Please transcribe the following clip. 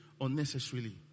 unnecessarily